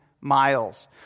miles